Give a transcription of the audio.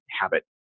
habit